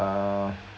uh